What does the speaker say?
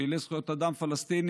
פעילי זכויות אדם פלסטינים,